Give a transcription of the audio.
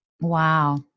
Wow